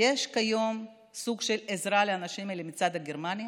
יש כיום סוג של עזרה לאנשים האלה מצד גרמניה.